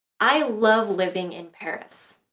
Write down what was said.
i love living in paris.